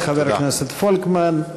תודה לחבר הכנסת פולקמן.